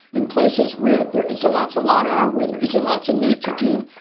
in places where there isn't lots of water, where there isn't lots of nitrogen,